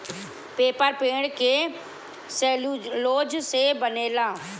paper पेड़ के cellulose से बनेला